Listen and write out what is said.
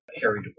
Harry